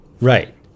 Right